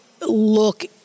look